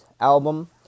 album